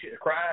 cry